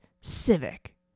civic